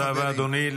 תודה רבה, אדוני.